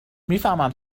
میفهمم